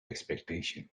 expectations